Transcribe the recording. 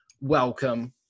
Welcome